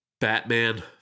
Batman